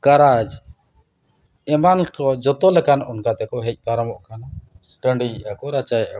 ᱠᱟᱨᱟᱡᱽ ᱮᱢᱟᱱ ᱠᱚ ᱡᱚᱛᱚ ᱞᱮᱠᱟᱱ ᱚᱱᱠᱟ ᱛᱮᱠᱚ ᱦᱮᱡ ᱯᱟᱨᱚᱢᱚᱜ ᱠᱟᱱᱟ ᱴᱟᱺᱰᱤᱭᱮᱫᱼᱟ ᱠᱚ ᱨᱟᱪᱟᱭᱮᱫᱼᱟ ᱠᱚ